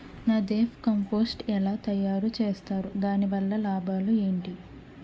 NADEP compost ఎలా తయారు చేస్తారు? దాని వల్ల లాభాలు ఏంటి?